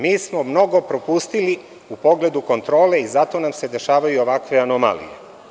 Mi smo mnogo propustili u pogledu kontrole i zato nam se dešavaju ovakve anomalije.